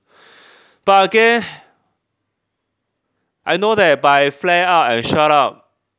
but again I know that by flare up and shout out